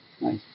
Nice